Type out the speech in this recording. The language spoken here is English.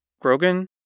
Grogan